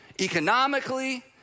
economically